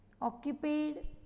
occupied